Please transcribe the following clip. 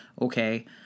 Okay